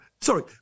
sorry